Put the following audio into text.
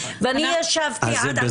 ואני ישבתי עד עכשיו בשקט --- בגלל